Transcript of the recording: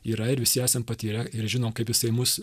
yra ir visi esam patyrę ir žinom kaip jisai mus